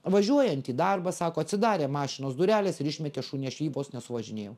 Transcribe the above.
važiuojant į darbą sako atsidarė mašinos dureles ir išmetė šunį aš jį vos nesuvažinėjau